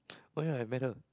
why I met her